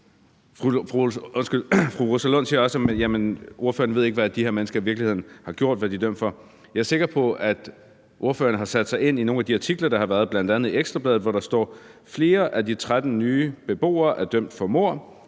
Ordføreren siger også, at hun ikke ved, hvad de her mennesker i virkeligheden har gjort, og hvad de dømt for. Jeg er sikker på, at ordføreren har sat sig ind i nogle af de artikler, der har været bragt, som f.eks. den i Ekstra Bladet, hvor der står, at »flere af de 13 nye beboere er dømt for mord,